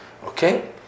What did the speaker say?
Okay